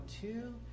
two